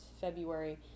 February